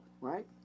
Right